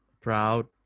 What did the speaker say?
proud